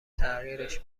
تغییرش